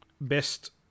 best